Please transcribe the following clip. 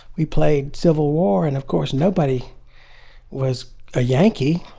we played civil war, and of course nobody was a yankee.